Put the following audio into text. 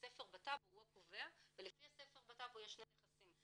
הספר בטאבו הוא הקובע ולפי הספר בטאבו יש שני נכסים.